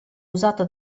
usato